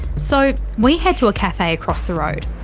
so we head to a cafe across the road.